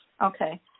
Okay